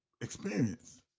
experience